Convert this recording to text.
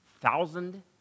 thousand